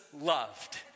loved